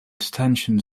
detention